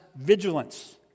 vigilance